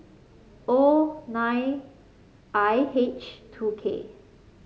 O nine I H two K